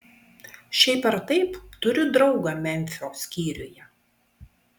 šiaip ar taip turiu draugą memfio skyriuje